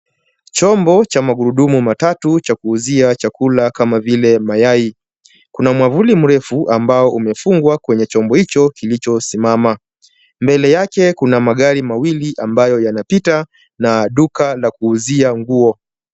Chombo cha magurudumu matatu cha kuuzia chakula kama vile mayai. Kuna mwavuli mrefu ambao umefungwa kwenye hicho kilichosimama. Mbele yake kuna magari mawili ambayo yanapita na duka la kuuzia nguo.